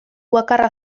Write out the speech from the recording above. bakarra